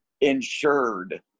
insured